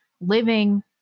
Living